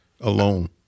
alone